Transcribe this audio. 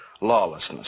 lawlessness